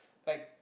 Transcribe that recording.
tight